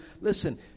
Listen